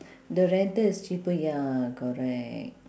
the rental is cheaper ya correct